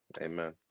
Amen